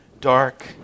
dark